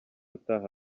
utaha